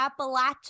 Appalachia